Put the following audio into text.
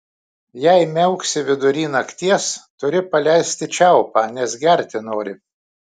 jei miauksi vidury nakties turi paleisti čiaupą nes gerti nori